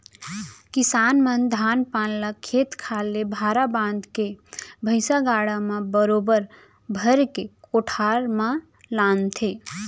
किसान मन धान पान ल खेत खार ले भारा बांध के भैंइसा गाड़ा म बरोबर भर के कोठार म लानथें